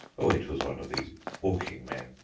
oh, it was one of these awking men,